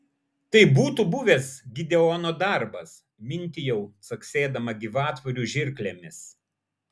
tai būtų buvęs gideono darbas mintijau caksėdama gyvatvorių žirklėmis